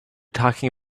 talking